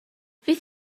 fydd